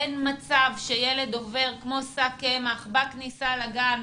אין מצב שילד עובר כמו שק קמח בכניסה לגן,